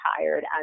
tired